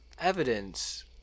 evidence